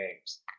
games